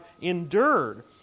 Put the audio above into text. endured